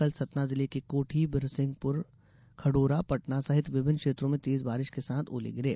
कल सतना जिले के कोठी बिरसिंहपुर खडौरा पटना सहित विभिन्न क्षेत्रों में तेज बारिश के साथ ओले गिरे